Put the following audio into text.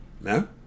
No